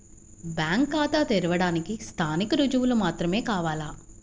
Bank ఖాతా తెరవడానికి స్థానిక రుజువులు మాత్రమే కావాలా?